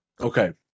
Okay